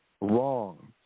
Wrong